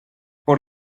por